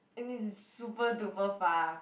and it's super duper far